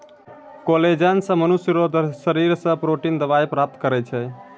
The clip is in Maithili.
कोलेजन से मनुष्य रो शरीर से प्रोटिन दवाई प्राप्त करै छै